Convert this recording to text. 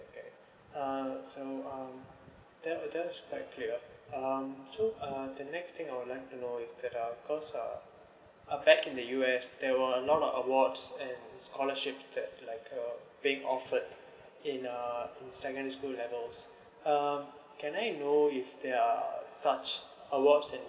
okay uh so um that was that was quite clear um so uh the next thing I would like to know is that uh caused uh uh back in the U_S there were a lot of awards and scholarships that like uh being offered in uh secondary school levels uh can I know if there are such awards and